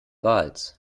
wals